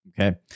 Okay